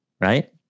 Right